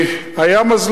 הוא היחיד